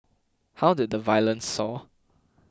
how did the violence soar